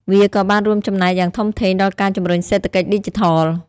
វាក៏បានរួមចំណែកយ៉ាងធំធេងដល់ការជំរុញសេដ្ឋកិច្ចឌីជីថល។